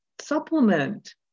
supplement